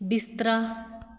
ਬਿਸਤਰਾ